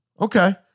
Okay